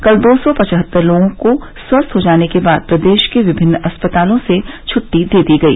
कल दो सौ पचहत्तर लोगों को स्वस्थ हो जाने के बाद प्रदेश के विभिन्न अस्पतालों से छुट्टी दे दी गई